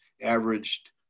averaged